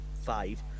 five